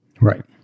Right